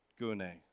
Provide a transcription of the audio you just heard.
gune